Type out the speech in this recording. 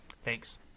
thanks